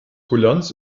kulanz